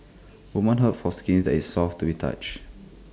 women hope for skin that is soft to the touch